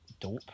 dope